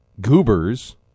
Goober's